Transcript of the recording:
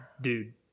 dude